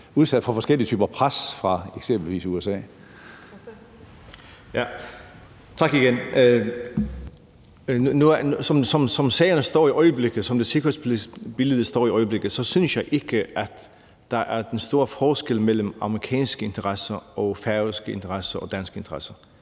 igen. Som sagerne står i øjeblikket, og som det sikkerhedspolitiske billede står i øjeblikket, synes jeg ikke, at der er den store forskel mellem amerikanske interesser og færøske interesser og danske interesser.